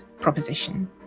proposition